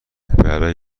برای